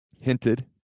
hinted